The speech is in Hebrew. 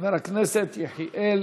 חבר הכנסת יחיאל